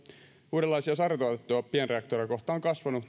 uudenlaisia sarjatuotettuja pienreaktoreja kohtaan on kasvanut